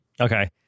Okay